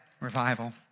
Revival